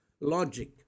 logic